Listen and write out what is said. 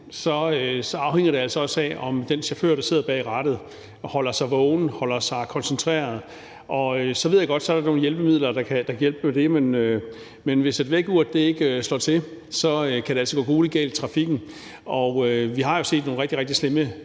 afhænger det altså også af, om den chauffør, der sidder bag rattet, holder sig vågen og holder sig koncentreret. Så ved jeg godt, at der er nogle hjælpemidler, der kan hjælpe med det, men hvis vækkeuret ikke slår til, kan det altså gå gruelig galt i trafikken, og vi har jo set nogle rigtig, rigtig slemme